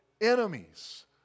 enemies